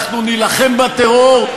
אנחנו נילחם בטרור,